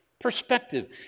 Perspective